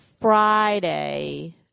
Friday